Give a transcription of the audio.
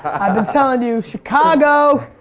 i've been telling you, chicago!